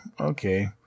Okay